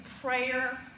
prayer